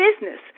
business